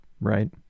right